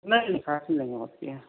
نہیں کھانسی نہیں ہوتی ہے